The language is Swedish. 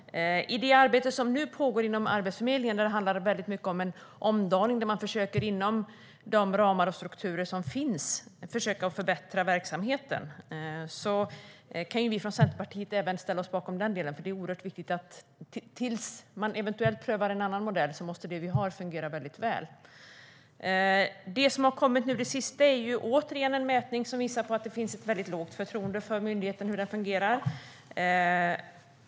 I det arbete som nu pågår inom Arbetsförmedlingen handlar det mycket om en omdaning där man inom de ramar och strukturer som finns försöker förbättra verksamheten. Vi i Centerpartiet kan ställa oss bakom den delen, för det är oerhört viktigt att den modell vi har fungerar väl till dess att man eventuellt prövar en annan. Det har återigen kommit en mätning som visar ett väldigt lågt förtroende för myndigheten och hur den fungerar.